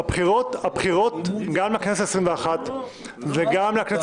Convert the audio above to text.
הבחירות גם לכנסת העשרים ואחת וגם לכנסת